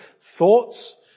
thoughts